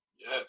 Yes